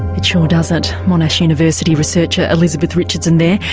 it sure doesn't. monash university researcher elizabeth richardson there.